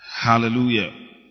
Hallelujah